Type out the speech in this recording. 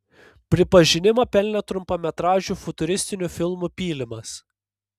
pripažinimą pelnė trumpametražiu futuristiniu filmu pylimas